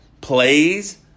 plays